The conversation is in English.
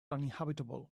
uninhabitable